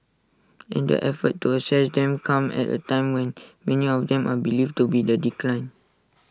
and the effort to assess them comes at A time when many of them are believed to be in decline